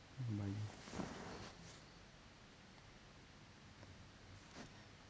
bye